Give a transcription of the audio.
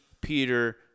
Peter